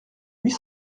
huit